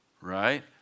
right